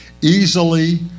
easily